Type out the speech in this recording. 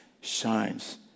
shines